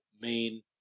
main